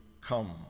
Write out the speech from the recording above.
come